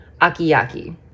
Akiyaki